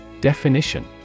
Definition